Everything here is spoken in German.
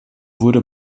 wurde